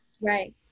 right